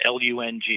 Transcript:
LUNG